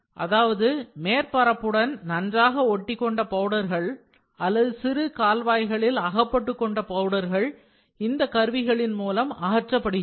அதாவது மேற் பரப்புடன் நன்றாக ஒட்டிக்கொண்ட பவுடர்கள் அல்லது சிறு கால்வாய்களில் அகப்பட்டுக்கொண்ட பவுடர்கள் இந்தக் கருவிகளின் மூலம் அகற்றப்படுகின்றன